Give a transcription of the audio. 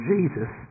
Jesus